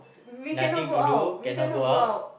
we cannot go out we cannot go out